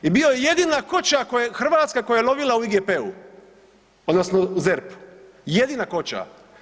I bio je jedina koća hrvatska koja je ulovila u IGP-u, odnosno ZERP-u, jedina koća.